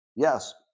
Yes